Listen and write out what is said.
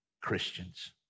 Christians